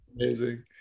amazing